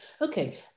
Okay